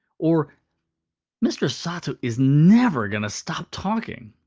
or mr. sato is never going to stop talking.